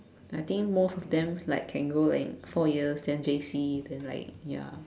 I think most of them like can go like four years then J_C then like ya